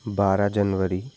बारह जनवरी